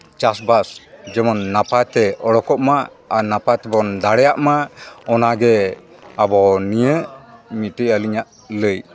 ᱪᱟᱥᱵᱟᱥ ᱡᱮᱢᱚᱱ ᱱᱟᱯᱟᱭ ᱛᱮ ᱩᱰᱳᱠᱚᱜ ᱢᱟ ᱟᱨ ᱱᱟᱯᱟᱭ ᱛᱮᱵᱚᱱ ᱫᱟᱲᱮᱭᱟᱜ ᱢᱟ ᱚᱱᱟᱜᱮ ᱟᱵᱚ ᱱᱤᱭᱟᱹ ᱢᱤᱫᱴᱤᱡ ᱟᱹᱞᱤᱧᱟᱜ ᱞᱟᱹᱭ